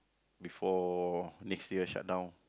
before next year shut down